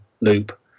loop